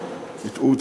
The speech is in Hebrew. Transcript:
הטעו אותי.